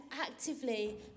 actively